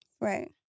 Right